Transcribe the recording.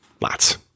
lots